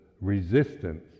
resistance